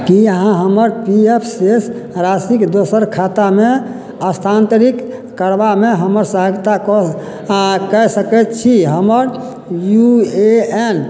की अहाँ हमर P F शेष राशिके दोसर खातामे स्थान्तरित करबामे हमर सहायता कऽ सकैत छी हमर यू ए एन